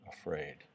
afraid